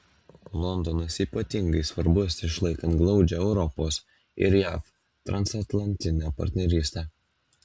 londonas ypatingai svarbus išlaikant glaudžią europos ir jav transatlantinę partnerystę